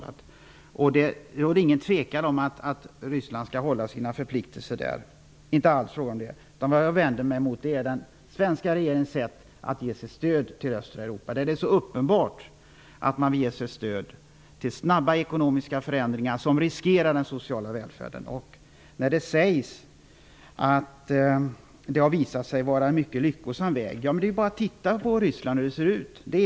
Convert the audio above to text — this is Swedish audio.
Det råder inget tvivel om att Ryssland skall uppfylla sina förpliktelser. Jag vänder mig i stället mot den svenska regeringens sätt att ge stöd till östra Europa. Det är nämligen uppenbart att man vill ge sitt stöd till snabba ekonomiska förändringar som riskerar den sociala välfärden. Det sägs att det har visat sig vara en mycket lyckosam väg. Man kan då bara titta på hur det ser ut i Ryssland.